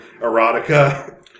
erotica